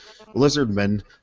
lizardmen